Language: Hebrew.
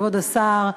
כבוד השר,